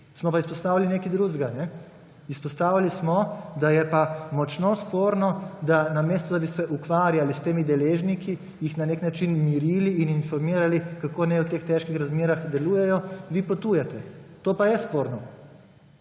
Smo pa izpostavili nekaj drugega, izpostavili smo, da je pa močno sporno, namesto da bi se ukvarjali s temi deležniki, jih na nek način mirili in informirali, kako naj v teh težkih razmerah delujejo, vi potujete. To pa je sporno!